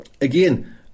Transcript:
again